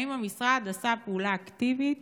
האם המשרד עשה פעולה אקטיבית